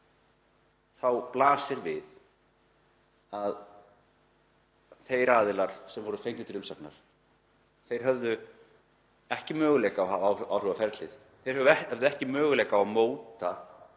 þá blasir við að þeir aðilar sem voru fengnir til umsagnar höfðu ekki möguleika á að hafa áhrif á ferlið, þeir höfðu ekki möguleika á að móta